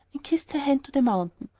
and kissed her hand to the mountain.